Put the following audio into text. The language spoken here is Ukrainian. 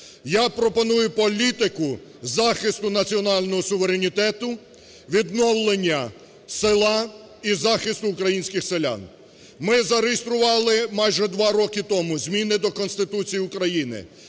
я пропоную політику захисту національного суверенітету, відновлення села і захисту українських селян. Ми зареєстрували майже два роки тому зміни до Конституції України,